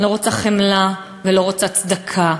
לא רוצה חמלה, ולא רוצה צדקה,